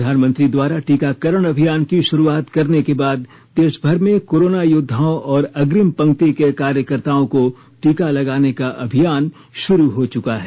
प्रधानमंत्री द्वारा टीकाकरण अभियान की शुरूआत करने के बाद देशभर में कोरोना योद्वाओं और अग्रिम पंक्ति के कार्यकर्ताओं को टीका लगाने का अभियान शुरू हो चुका है